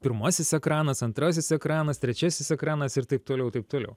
pirmasis ekranas antrasis ekranas trečiasis ekranas ir taip toliau taip toliau